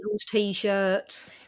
T-shirts